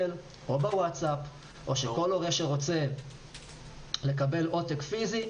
האלקטרוני או ב-WhatsApp או שכל הורה שרוצה לקבל עותק פיזי,